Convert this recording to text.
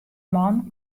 man